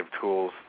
tools